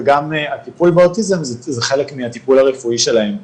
וגם הטיפול באוטיזם זה חלק מהטיפול הרפואי שלהם.